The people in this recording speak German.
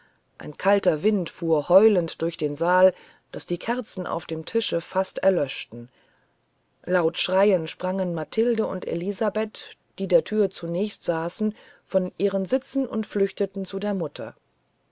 ein kalter wind fuhr heulend durch den saal daß die kerzen auf dem tische fast verlöschten laut schreiend sprangen mathilde und elisabeth die der tür zunächst saßen von ihren sitzen und flüchteten zu der mutter